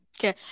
Okay